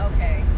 Okay